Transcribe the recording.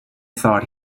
thought